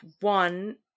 one